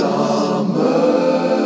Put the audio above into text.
Summer